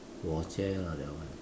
lah that one